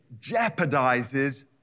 jeopardizes